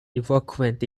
eloquent